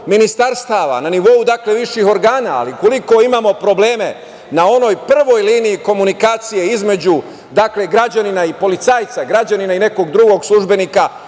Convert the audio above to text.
na nivou viših organa, ali ukoliko imamo probleme na onoj prvoj liniji komunikacije između građanina i policajca, građanina i nekog drugog službenika